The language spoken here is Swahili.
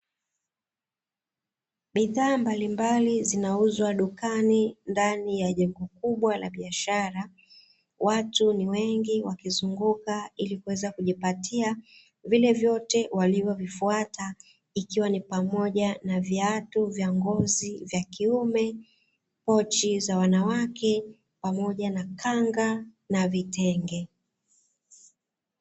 Bidhaa mbalimbali zinauzwa dukani ndani ya jengo kubwa la biashara, watu ni wengi wakizunguka ili kuweza kujipatia vile vyote walivyovifuata ikiwa ni pamoja na: viatu vya ngozi vya kiume, pochi za wanawake pamoja na kanga na vitenge.